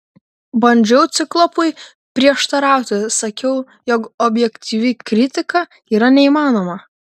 bandžiau ciklopui prieštarauti sakiau jog objektyvi kritika yra neįmanoma